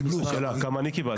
כמה אני קיבלתי?